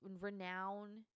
Renown